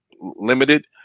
limited